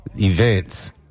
Events